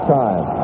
time